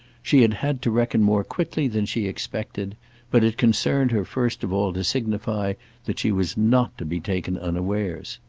she had had to reckon more quickly than she expected but it concerned her first of all to signify that she was not to be taken unawares.